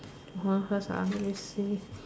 hold on first ah let me see